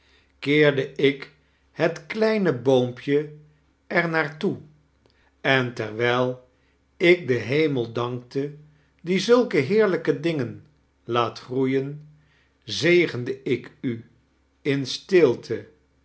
keerde ik het kleine boompje er naar toe en terwijl ik den foemel dankte die zulke hee'rlijke dingen laat groeien zegende ik u in stilte